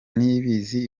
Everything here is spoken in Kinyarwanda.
niyibizi